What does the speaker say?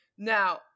now